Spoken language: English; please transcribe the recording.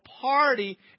party